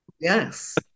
Yes